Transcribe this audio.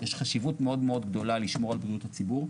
יש חשיבות מאוד גדולה לשמור על בריאות הציבור.